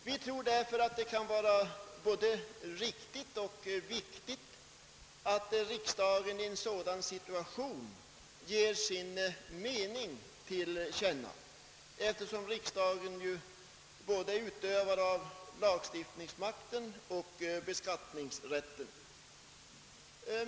Vi tror därför att det kan vara både riktigt och viktigt att riksdagen i en sådan situation ger sin mening till känna, eftersom riksdagen är utövare av både lagstiftningsmakten och beskattningsrätten.